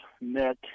Nick